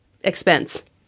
expense